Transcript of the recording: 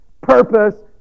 Purpose